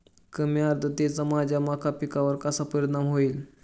कमी आर्द्रतेचा माझ्या मका पिकावर कसा परिणाम होईल?